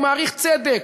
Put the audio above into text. הוא מעריך צדק,